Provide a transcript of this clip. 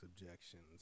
objections